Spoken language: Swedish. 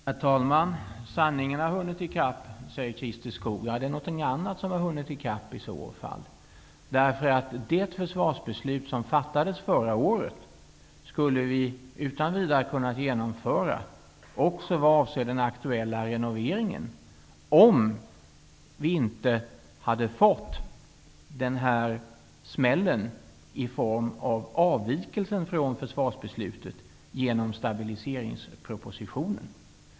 Herr talman! Sanningen har hunnit ikapp, säger Christer Skoog. Det är i så fall någonting annat som har hunnit ikapp. Det försvarsbeslut som fattades förra året skulle vi utan vidare ha kunnat genomföra också vad avser den aktuella renoveringen om vi inte hade fått den smäll i form av avvikelse från försvarsbeslutet som stabiliseringspropositionen innebar.